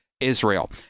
Israel